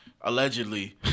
allegedly